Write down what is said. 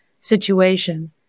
situation